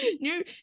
new